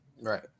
right